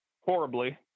horribly